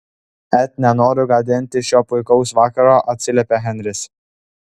et nenoriu gadinti šio puikaus vakaro atsiliepė henris